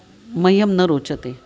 मह्यं न रोचते